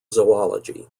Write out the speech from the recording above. zoology